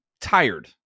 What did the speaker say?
tired